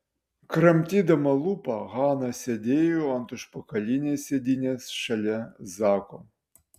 kramtydama lūpą hana sėdėjo ant užpakalinės sėdynės šalia zako